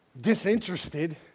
disinterested